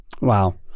wow